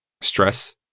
stress